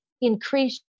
increase